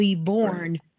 born